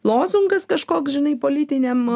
lozungas kažkoks žinai politiniam